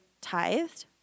tithed